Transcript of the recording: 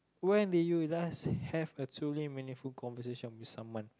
when did you last have a two way meaningful conversation with someone